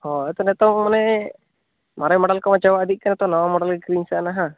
ᱦᱳᱭ ᱛᱟᱦᱚᱞᱮᱛᱚ ᱢᱟᱱᱮ ᱢᱟᱨᱮ ᱢᱚᱰᱮᱞ ᱠᱚᱦᱚᱸ ᱪᱟᱵᱟ ᱤᱫᱤᱜ ᱠᱟᱱᱟ ᱛᱚ ᱱᱟᱣᱟ ᱢᱚᱰᱮᱞᱜᱮ ᱠᱤᱨᱤᱧ ᱥᱟᱱᱟᱦᱟ